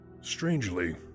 Strangely